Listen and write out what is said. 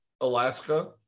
Alaska